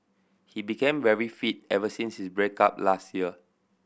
he became very fit ever since his break up last year